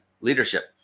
leadership